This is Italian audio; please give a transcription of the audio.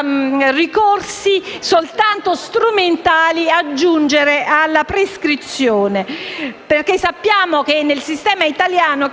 da ricorsi soltanto strumentali a giungere alla prescrizione (sappiamo che nel sistema italiano